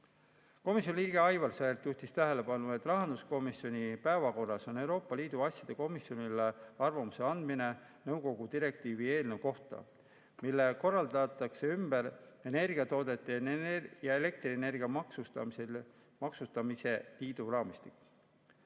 Komisjoni liige Aivar Sõerd juhtis tähelepanu, et rahanduskomisjoni päevakorras on Euroopa Liidu asjade komisjonile arvamuse andmine nõukogu direktiivi eelnõu kohta, millega korraldatakse ümber energiatoodete ja elektrienergia maksustamise liidu raamistik.